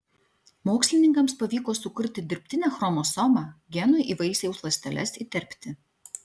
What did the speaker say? mokslininkams pavyko sukurti dirbtinę chromosomą genui į vaisiaus ląsteles įterpti